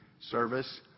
service